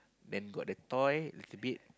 then got the toy little bit